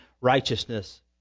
righteousness